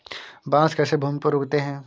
बांस कैसे भूमि पर उगते हैं?